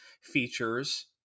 features